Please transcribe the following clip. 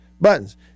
buttons